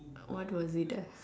what was it ah